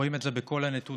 רואים את זה בכל הנתונים,